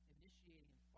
initiating